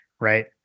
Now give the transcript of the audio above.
right